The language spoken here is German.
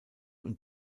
und